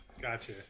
Gotcha